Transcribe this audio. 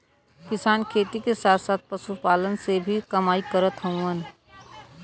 किसान खेती के साथ साथ पशुपालन से भी कमाई करत हउवन